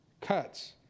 cuts